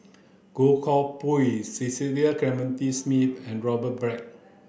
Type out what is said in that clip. Goh Koh Pui Cecil Clementi Smith and Robert Black